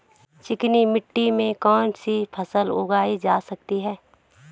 चिकनी मिट्टी में कौन सी फसल उगाई जा सकती है?